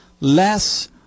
less